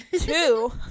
two